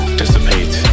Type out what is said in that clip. dissipate